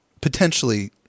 potentially